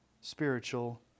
spiritual